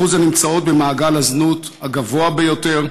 אחוז הנמצאות במעגל הזנות הגבוה ביותר.